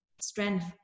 strength